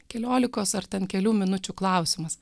keliolikos ar ten kelių minučių klausimas